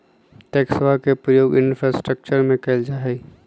टैक्सवा के प्रयोग इंफ्रास्ट्रक्टर में कइल जाहई